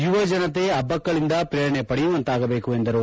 ಯುವ ಜನತೆ ಅಬ್ಬಕ್ಕಳಿಂದ ಪ್ರೇರಣೆ ಪಡೆಯುವಂತಾಗಬೇಕು ಎಂದರು